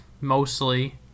mostly